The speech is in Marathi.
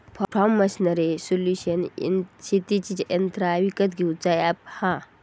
फॉर्म मशीनरी सोल्यूशन शेतीची यंत्रा विकत घेऊचा अॅप हा